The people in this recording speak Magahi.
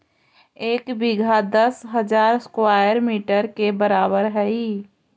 एक बीघा दस हजार स्क्वायर मीटर के बराबर हई